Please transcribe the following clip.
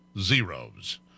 zeros